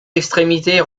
extrémités